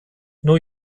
new